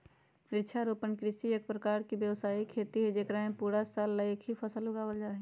वृक्षारोपण कृषि एक प्रकार के व्यावसायिक खेती हई जेकरा में पूरा साल ला एक ही फसल उगावल जाहई